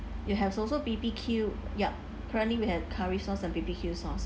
we have also B_B_Q yup currently we have curry sauce and B_B_Q sauce